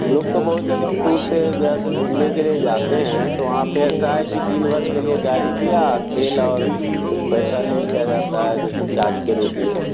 लोग तो बहुत ज़्यादा टूर पर ज़्यादातर घूमने के लिए जाते हैं तो वहाँ पर ऐसा है कि दिनभर के लिए गाड़ी दिया तेल और कुछ पैसा ले लिया जाता है जैसे चार्ज के रूप में